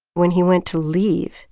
when he went to leave,